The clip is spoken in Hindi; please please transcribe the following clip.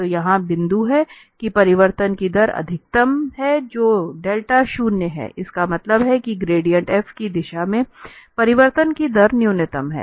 तो यहां बिंदु है कि परिवर्तन की दर अधिकतम है जब θ शून्य है इसका मतलब है ग्रेडिएंट f की दिशा में परिवर्तन की दर न्यूनतम है